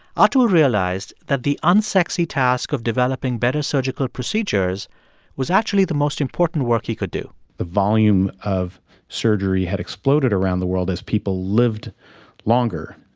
atul realized that the unsexy task of developing better surgical procedures was actually the most important work he could do the volume of surgery had exploded around the world, as people lived longer,